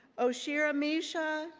os hira-misha,